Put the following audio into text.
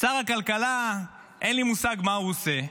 שר הכלכלה אין לי מושג מה הוא עושה,